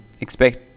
expect